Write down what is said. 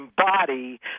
embody